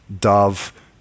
Dove